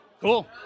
Cool